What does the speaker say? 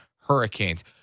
Hurricanes